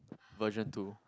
version two